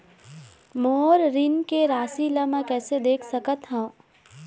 मोर ऋण के राशि ला म कैसे देख सकत हव?